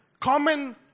Common